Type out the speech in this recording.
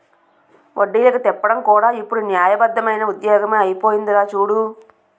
వడ్డీలకి తిప్పడం కూడా ఇప్పుడు న్యాయబద్దమైన ఉద్యోగమే అయిపోందిరా చూడు